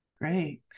Great